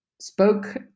spoke